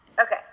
okay